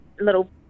little